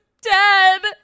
dead